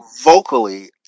vocally